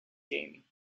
game